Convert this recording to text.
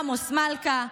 עמוס מלכא,